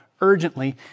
urgently